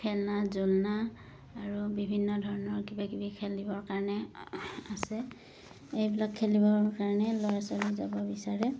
খেলনা জুলনা আৰু বিভিন্ন ধৰণৰ কিবা কিবি খেলিবৰ কাৰণে আছে এইবিলাক খেলিবৰ কাৰণে ল'ৰা ছোৱালী যাব বিচাৰে